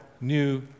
new